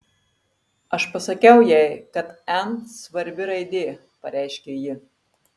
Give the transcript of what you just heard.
aš pasakiau jai kad n svarbi raidė pareiškė ji